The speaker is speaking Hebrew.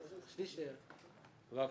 בבקשה.